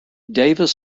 davis